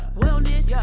wellness